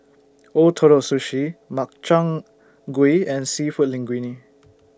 Ootoro Sushi Makchang Gui and Seafood Linguine